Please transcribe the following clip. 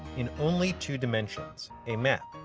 in only two-dimensions, a map.